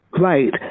Right